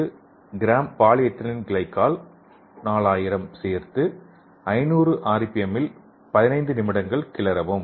2 gram polyethylene glycol 4000 சேர்த்து 500 ஆர்பிஎம்மில் 15 நிமிடங்கள் கிளறவும்